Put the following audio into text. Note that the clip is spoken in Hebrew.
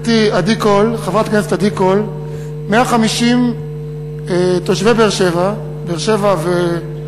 חברתי חברת הכנסת עדי קול 150 תושבי באר-שבע והאזור,